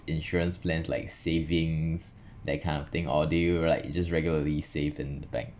insurance plans like savings that kind of thing or do you like just regularly save in bank